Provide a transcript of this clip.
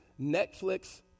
Netflix